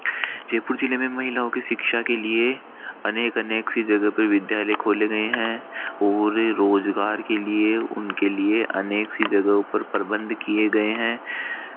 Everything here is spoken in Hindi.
जयपुर ज़िले में महिलाओं की शिक्षा के लिए अनेक अनेक सी जगह पे विद्यालय खोले गए हैं और रोज़गार के लिए उनके लिए अनेक सी जगहों पर प्रबंध किए गए हैं